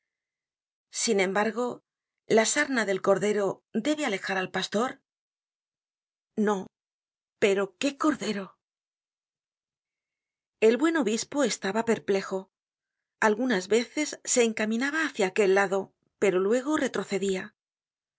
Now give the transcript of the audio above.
sin embargo la sarna del cordero debe alejar al pastor no pero qué cordero el buen obispo estaba perplejo algunas veces se encaminaba hácia aquel lado pero luego retrocedia